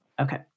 Okay